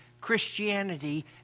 Christianity